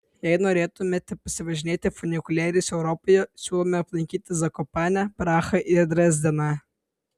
jei norėtumėte pasivažinėti funikulieriais europoje siūlome aplankyti zakopanę prahą ir dresdeną